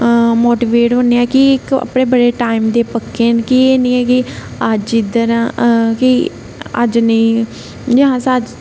motivate होन्ने आं कि इक अपने बडे़ टाइम दे पक्के एह् नेई है कि अज इद्धर हा कि अज्ज नेई जां अस अज्ज